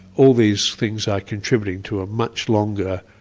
all these things are contributing to a much longer,